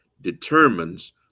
determines